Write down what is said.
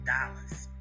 dollars